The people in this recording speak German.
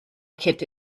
kette